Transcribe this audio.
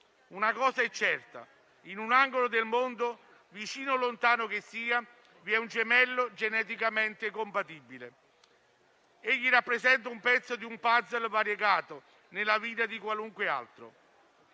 Una cosa è certa: in un angolo del mondo, vicino o lontano che sia, vi è un gemello geneticamente compatibile, che rappresenta un pezzo di un *puzzle* variegato nella vita di chiunque altro.